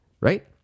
right